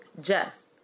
Jess